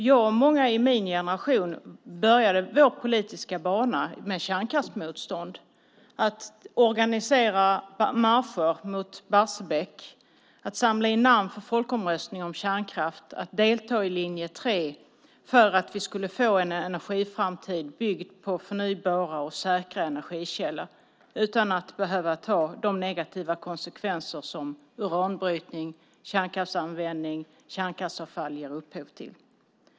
Jag och många i min generation började vår politiska bana med kärnkraftsmotstånd, att organisera marscher mot Barsebäck, att samla in namn för folkomröstning om kärnkraft och att delta i linje 3 för att vi skulle få en energiframtid byggd på förnybara och säkra energikällor utan att behöva ta de negativa konsekvenser som uranbrytning, kärnkraftsanvändning och kärnkraftsavfall ger upphov till.